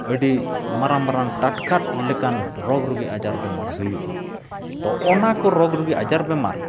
ᱟᱹᱰᱤ ᱢᱟᱨᱟᱝ ᱢᱟᱨᱟᱝ ᱴᱟᱴᱠᱟ ᱞᱮᱠᱟᱱ ᱨᱳᱜᱽᱼᱨᱳᱜᱤ ᱟᱡᱟᱨ ᱵᱮᱢᱟᱨ ᱦᱩᱭᱩᱜᱼᱟ ᱛᱳ ᱚᱱᱟᱠᱚ ᱨᱳᱜᱽ ᱨᱩᱜᱤ ᱟᱡᱟᱨᱼᱵᱮᱢᱟᱨ